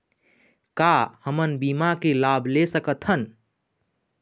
का हमन बीमा के लाभ ले सकथन?